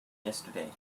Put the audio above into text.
yesterday